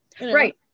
right